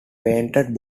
painted